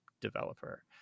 developer